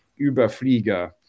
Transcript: Überflieger